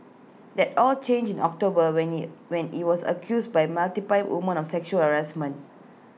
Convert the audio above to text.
that all changed in October when he when he was accused by multiple women of sexual harassment